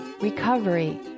recovery